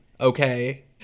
okay